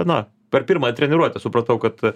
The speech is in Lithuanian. na per pirmą treniruotę supratau kad